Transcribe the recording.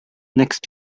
next